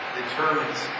determines